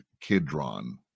Kidron